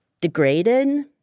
degraded